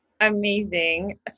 amazing